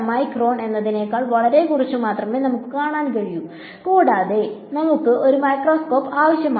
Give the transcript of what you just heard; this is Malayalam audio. മൈക്രോൺ എന്നതിനേക്കാൾ വളരെ കുറച്ച് മാത്രമേ നമുക്ക് കാണാൻ കഴിയൂ കൂടാതെ നമുക്ക് ഒരു മൈക്രോസ്കോപ്പ് ആവശ്യമാണ്